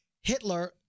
Hitler